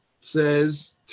says